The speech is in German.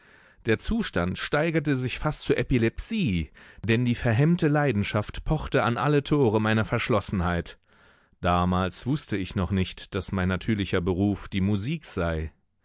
der zustand steigerte sich fast zur epilepsie denn die verhemmte leidenschaft pochte an alle tore meiner verschlossenheit damals wußte ich noch nicht daß mein natürlicher beruf die musik sei